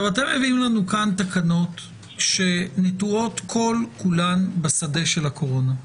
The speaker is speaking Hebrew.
אתם מביאים לנו כאן תקנות שנטועות כל-כולן בשדה הקורונה.